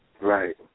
Right